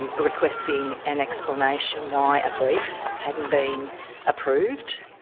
and requesting an explanation why a brief hadn't been approved,